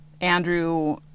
Andrew